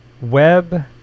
web